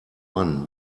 one